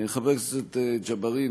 חבר הכנסת ג'בארין,